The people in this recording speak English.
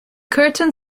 curtain